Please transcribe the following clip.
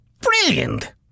Brilliant